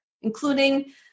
including